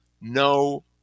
No